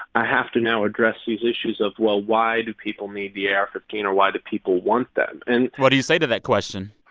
i have to now address these issues of, well, why do people need the ar fifteen? or why the people want them? and. what do you say to that question.